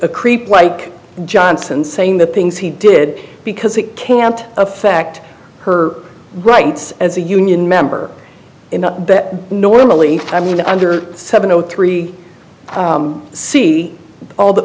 a creep like johnson saying the things he did because it can't affect her rights as a union member in that normally i mean under seven o three see all the